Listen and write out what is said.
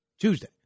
Tuesday